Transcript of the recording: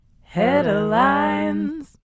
Headlines